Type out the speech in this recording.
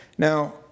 Now